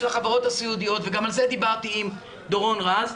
החברות הסיעודיות וגם על זה דיברתי עם דורון רז,